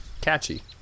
Catchy